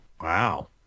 Wow